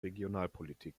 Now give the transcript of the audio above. regionalpolitik